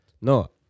No